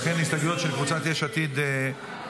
אכן, ההסתייגויות של קבוצת יש עתיד מוסרות.